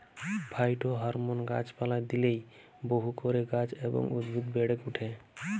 phytohormone গাছ পালায় দিইলে বহু করে গাছ এবং উদ্ভিদ বেড়েক ওঠে